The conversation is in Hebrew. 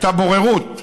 הייתה בוררות,